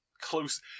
close